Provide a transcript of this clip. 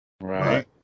Right